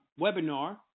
webinar